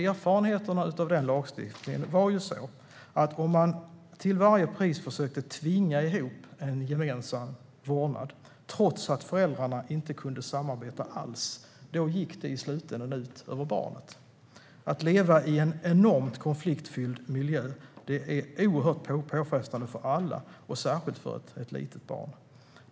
Erfarenheterna av den lagstiftningen var att om man till varje pris försökte tvinga fram en gemensam vårdnad trots att föräldrarna inte kunde samarbeta alls gick det i slutänden ut över barnet. Att leva i en starkt konfliktfylld miljö är påfrestande för alla, särskilt för ett litet barn.